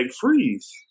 freeze